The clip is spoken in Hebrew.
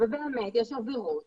באמת יש עבירות